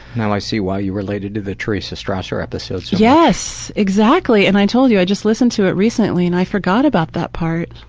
now i see why you related to the teresa strasser episode. yes, exactly! and i told you. i just listened to it recently and i forgot about that part.